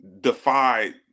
defied